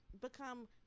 become